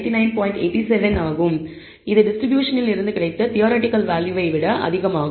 இது fit distribution இல் இருந்து கிடைத்த தியரடிகல் வேல்யூவை விட அதிகமாகும்